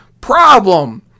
problem